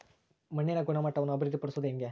ಮಣ್ಣಿನ ಗುಣಮಟ್ಟವನ್ನು ಅಭಿವೃದ್ಧಿ ಪಡಿಸದು ಹೆಂಗೆ?